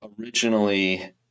originally